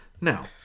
Now